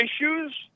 issues